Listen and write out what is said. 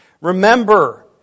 Remember